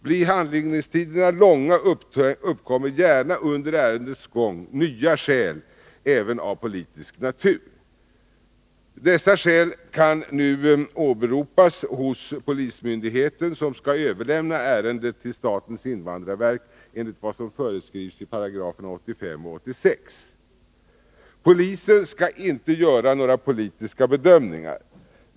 Blir handläggningstiderna långa, uppkommer gärna under ärendets gång nya skäl, även av politisk natur. Dessa skäl kan nu åberopas hos polismyndigheten, som skall överlämna ärendet till statens invandrarverk enligt vad som föreskrivs i 85 och 86 §§. Polisen skall inte göra några politiska bedömningar.